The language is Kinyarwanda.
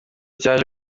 cyaje